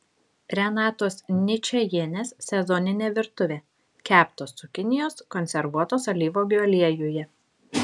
renatos ničajienės sezoninė virtuvė keptos cukinijos konservuotos alyvuogių aliejuje